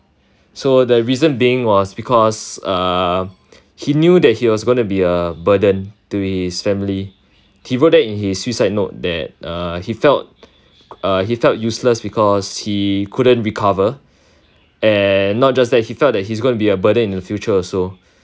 so the reason being was because uh he knew that he was gonna be a burden to his family he wrote that in his suicide note that uh he felt uh he felt useless because he couldn't recover and not just that he felt that he is gonna be a burden in the future also